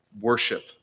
worship